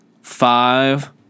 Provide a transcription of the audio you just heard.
five